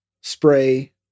spray